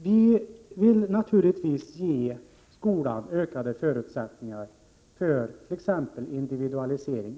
Herr talman! Vi vill naturligtvis också från vpk:s sida ge skolan ökade förutsättningar för t.ex. individualisering.